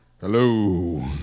Hello